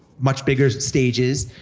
much bigger stages,